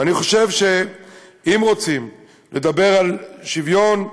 אני חושב שאם רוצים לדבר על שוויון,